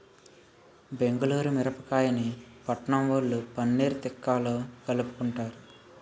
బెంగుళూరు మిరపకాయని పట్నంవొళ్ళు పన్నీర్ తిక్కాలో కలుపుకుంటారు